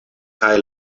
kaj